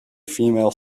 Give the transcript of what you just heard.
female